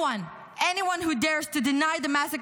Anyone who dares to deny the massacre